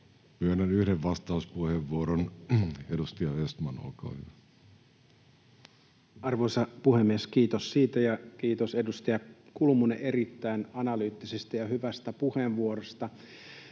Myönnän yhden vastauspuheenvuoron. — Edustaja Östman, olkaa hyvä. Arvoisa puhemies! Kiitos siitä! Ja kiitos edustaja Kulmunille erittäin analyyttisestä ja hyvästä puheenvuorosta.